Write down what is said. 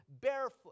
barefoot